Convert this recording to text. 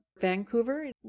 Vancouver